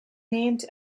named